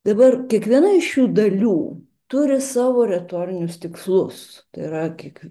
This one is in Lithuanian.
dabar kiekviena iš šių dalių turi savo retorinius tikslus tai yra kiek